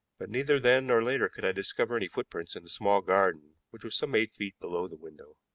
but neither then nor later could i discover any footprints in the small garden which was some eight feet below the window.